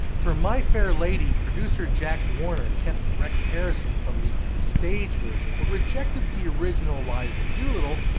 for my fair lady, producer jack warner kept rex harrison from the stage version but rejected the original liza doolittle,